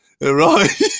right